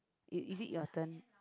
it is it your turn